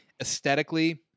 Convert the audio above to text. aesthetically